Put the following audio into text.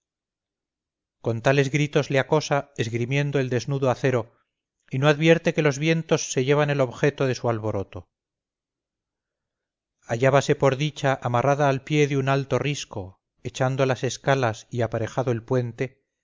con tales gritos le acosa esgrimiendo el desnudo acero y no advierte que los vientos se llevan el objeto de su alboroto hallábase por dicha amarrada al pie de un alto risco echando las escalas y aparejado el puente